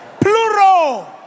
Plural